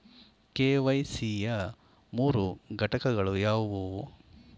KYC ಯ ಮೂರು ಘಟಕಗಳು ಯಾವುವು?